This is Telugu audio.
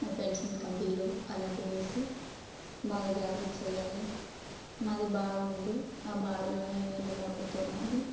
ఫెంచింగ్ కమ్మీలు అలాంటివేసి బాగా జాగ్రత్త చెయ్యాలి మాది బావి ఉంది ఆ బావిలోని నీళ్లు మోటర్తో లాగి